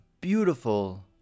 beautiful